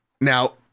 Now